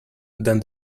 than